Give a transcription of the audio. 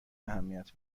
اهمیت